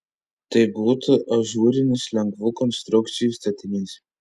tai būtų ažūrinis lengvų konstrukcijų statinys